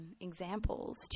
examples